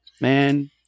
Man